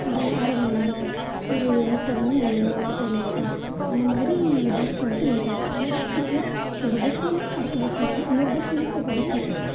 ஒரு அரை மணிநேரம் ஒரு முப்பது நாற்பது நிமிஷம் அந்த மாதிரி பஸ் வந்துட்டு லேட் ஆகும் ஆனால் சிட்டிக்கெலாம் ஒரு பஸ் நின்றா அடுத்த பஸ் நிற்குது இன்னோரு பஸ் நின்றா அடுத்த பஸ் நிற்குது